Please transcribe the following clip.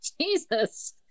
Jesus